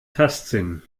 tastsinn